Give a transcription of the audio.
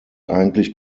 eigentlich